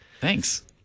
Thanks